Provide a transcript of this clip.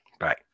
Bye